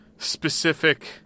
Specific